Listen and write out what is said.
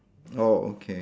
oh okay